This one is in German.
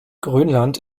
grönland